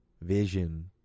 vision